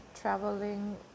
traveling